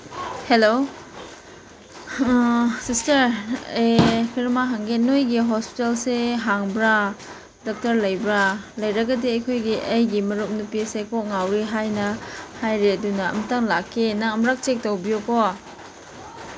hello sister ꯑꯦ ꯀꯔꯤꯃ ꯍꯪꯒꯦ ꯅꯣꯏꯒꯤ ꯍꯣꯁꯇꯦꯜꯁꯦ ꯍꯥꯡꯕ꯭ꯔꯥ ꯗꯥꯛꯇꯔ ꯂꯩꯕ꯭ꯔꯥ ꯂꯩꯔꯒꯗꯤ ꯑꯩꯈꯣꯏꯒꯤ ꯑꯩꯒꯤ ꯃꯔꯨꯞ ꯅꯨꯄꯤꯁꯤ ꯀꯣꯛ ꯉꯥꯎꯔꯦ ꯍꯥꯏꯅ ꯍꯥꯏꯔꯤ ꯑꯗꯨꯅ ꯑꯝꯇ ꯂꯥꯛꯀꯦ ꯅꯪ ꯑꯃꯔꯛ ꯆꯦꯛ ꯇꯧꯕꯤꯌꯨꯀꯣ